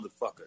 motherfucker